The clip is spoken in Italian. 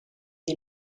gli